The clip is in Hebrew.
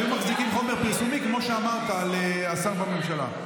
היו מחזיקים חומר פרסומי כמו שאמרת על שר בממשלה.